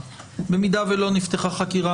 ובמידה ולא נפתחה חקירה,